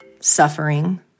suffering